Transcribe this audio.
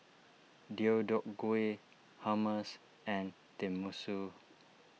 Deodeok Gui Hummus and Tenmusu